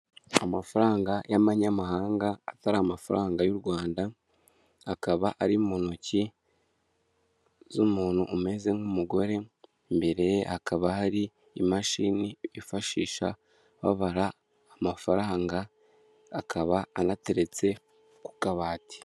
Amafaranga y'amanyamahanga atari amafaranga y'u Rwanda akaba ari mu ntoki z'umuntu umeze nk'umugore, imbere hakaba hari imashini yifashisha babara amafaranga akaba anateretse ku kabati.